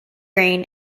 grain